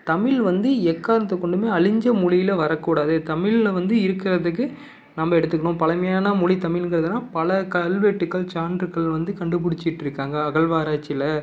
தமிழ் வந்து எக்காரணத்தை கொண்டும் அழிஞ்ச மொழியில் வரக்கூடாது தமிழில் வந்து இருக்கிறதுக்கு நம்ம எடுத்துக்கணும் பழமையான மொழி தமிழ்ங்கிறதுனால் பல கல்வெட்டுக்கள் சான்றுக்கள் வந்து கண்டுபுடிச்சிட்ருக்காங்க அகல்வாராய்ச்சியில்